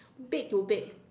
bed to bed